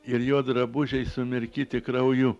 ir jo drabužiai sumirkyti krauju